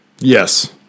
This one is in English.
yes